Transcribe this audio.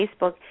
Facebook